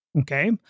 Okay